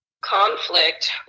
conflict